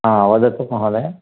वदतु महोदय